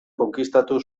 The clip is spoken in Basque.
konkistatu